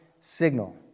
signal